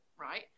right